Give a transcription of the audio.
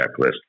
checklist